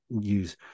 use